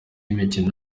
imikino